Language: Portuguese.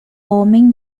homem